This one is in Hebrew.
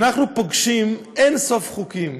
אנחנו פוגשים אין-סוף חוקים,